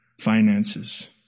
finances